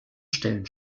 stellen